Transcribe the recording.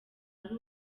ari